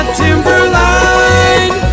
timberline